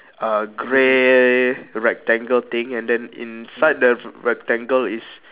uh grey rectangle thing and then inside the rectangle is